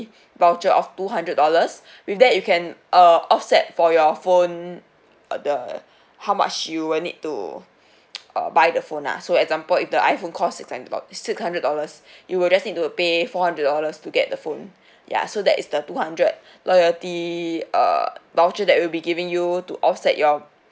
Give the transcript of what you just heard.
voucher of two hundred dollars with that you can uh offset for your phone uh the how much you will need to uh buy the phone ah so example if the iphone cost six hundred dollars six hundred dollars you will just need to pay four hundred dollars to get the phone ya so that is the two hundred loyalty uh voucher that we'll be giving you to offset your